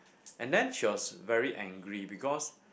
and then she was very angry because